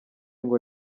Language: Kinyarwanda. ngo